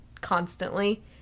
constantly